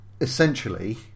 Essentially